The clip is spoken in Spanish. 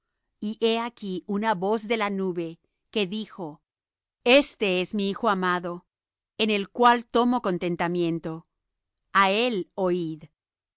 y he aquí una voz de la nube que dijo este es mi hijo amado en el cual tomo contentamiento á él oíd